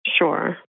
Sure